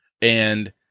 and-